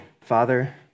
Father